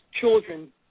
children